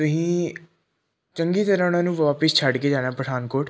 ਤੁਸੀਂ ਚੰਗੀ ਤਰ੍ਹਾਂ ਉਨ੍ਹਾਂ ਨੂੰ ਵਾਪਸ ਛੱਡ ਕੇ ਜਾਣਾ ਪਠਾਨਕੋਟ